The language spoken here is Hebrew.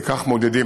וכך מודדים,